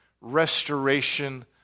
restoration